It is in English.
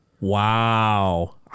Wow